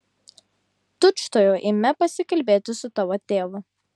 tučtuojau eime pasikalbėti su tavo tėvu